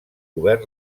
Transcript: govern